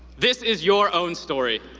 this is your own story.